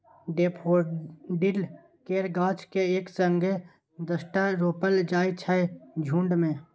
daffodil केर गाछ केँ एक संगे दसटा रोपल जाइ छै झुण्ड मे